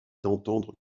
d’entendre